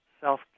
self